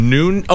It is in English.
Noon